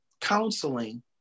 counseling